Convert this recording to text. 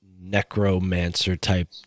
necromancer-type